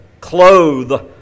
clothe